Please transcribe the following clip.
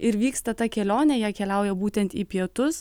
ir vyksta ta kelionė jie keliauja būtent į pietus